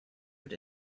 wird